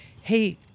Hey